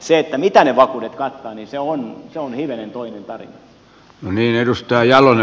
se mitä ne vakuudet kattavat on hivenen toinen tarina